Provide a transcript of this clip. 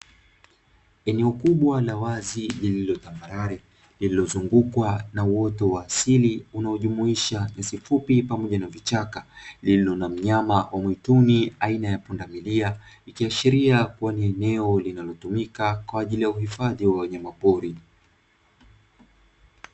Eneo kubwa la wazi lililo tambarare lililozungukwa na uoto wa asili unaojumuisha nyasi fupi pamoja na vichaka, lililo na mnyama wa mwituni aina ya pundamilia ikiashiria, kuwa ni eneo linalotumika kwa ajili ya uhifadhi wa wanyama pori.